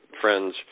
friends